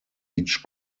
each